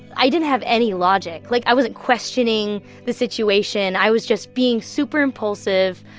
i didn't have any logic. like, i wasn't questioning the situation. i was just being super impulsive,